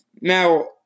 Now